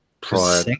Prior